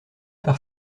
par